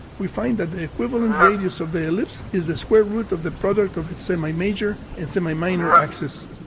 we find that the equivalent radius of the ellipse is the square root of the product of its semimajor and semiminor axes.